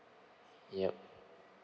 yup